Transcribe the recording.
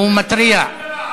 הוא מתריע.